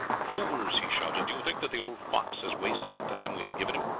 fools! he shouted, do you think that the old fox has wasted the time we have given him?